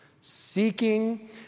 seeking